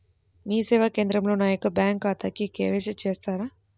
మీ సేవా కేంద్రంలో నా యొక్క బ్యాంకు ఖాతాకి కే.వై.సి చేస్తారా?